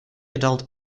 adult